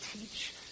teach